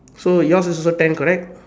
so yours is also ten correct